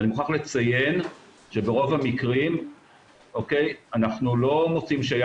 ואני מוכרח לציין שברוב המקרים אנחנו לא מוצאים שהיה